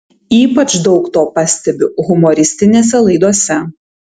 ypač daug to pastebiu humoristinėse laidose